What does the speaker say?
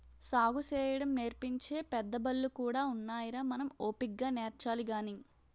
సాగుసేయడం నేర్పించే పెద్దబళ్ళు కూడా ఉన్నాయిరా మనం ఓపిగ్గా నేర్చాలి గాని